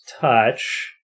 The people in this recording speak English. touch